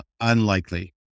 unlikely